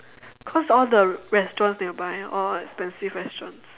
because all the restaurants nearby all expensive restaurants